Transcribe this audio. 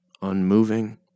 unmoving